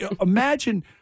imagine